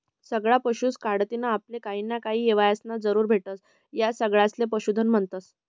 सगळा पशुस कढतीन आपले काहीना काही येवसाय जरूर भेटस, या सगळासले पशुधन म्हन्तस